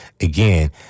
again